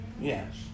Yes